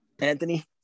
Anthony